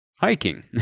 hiking